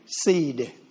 seed